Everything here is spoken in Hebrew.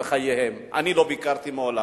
אני לא ביקרתי מעולם,